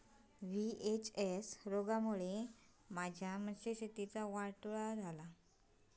VHS रोगामुळे माझ्या मत्स्यशेतीचा वाटोळा झाला